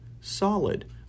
solid